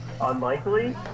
unlikely